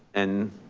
and